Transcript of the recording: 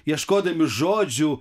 ieškodami žodžių